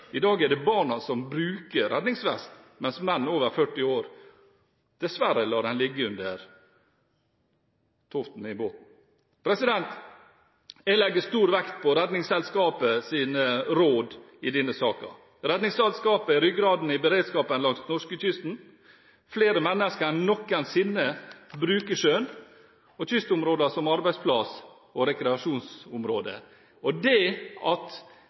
I dag er det barna som bruker redningsvest, mens menn over 40 år dessverre lar den ligge under toften i båten. Jeg legger stor vekt på Redningsselskapets råd i denne saken. Redningsselskapet er ryggraden i beredskapen langs norskekysten. Flere mennesker enn noensinne bruker sjøen og kystområdene som arbeidsplass og rekreasjonsområde, og det at Redningsselskapet er